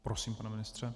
Prosím, pane ministře.